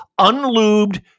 unlubed